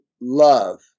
love